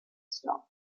stopped